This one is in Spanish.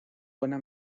buena